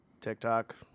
TikTok